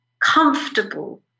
comfortable